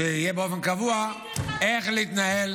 שיהיה באופן קבוע --- למה חיכית חודש לפני?